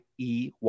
EY